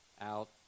out